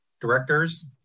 Directors